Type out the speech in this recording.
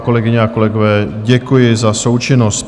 Kolegyně a kolegové, děkuji vám za součinnost.